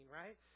right